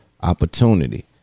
opportunity